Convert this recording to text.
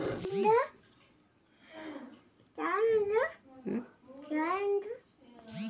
ವಕ್ಕಲತನ ಮಾಡೊ ಮೊದ್ಲನೇ ಹಂತದಾಗ ಹೊಲದಾಗ ಬೀಜ ಬಿತ್ತುದು ನನ್ನ ಅಪ್ಪ ಮಾಡುವಾಗ ಅದ್ನ ನೋಡದೇ ಒಂದು ಖುಷಿ